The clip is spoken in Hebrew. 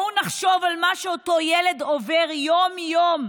בואו נחשוב על מה שאותו ילד עובר יום-יום,